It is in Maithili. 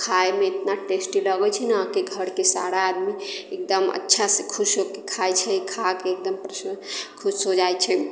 खाइमे इतना टेस्टी लगैत छै ने कि घरके सारा आदमी एकदम अच्छा से खुश होके खाइत छै खाके एकदम प्रसन्न खुश हो जाइत छै